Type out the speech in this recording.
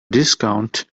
discount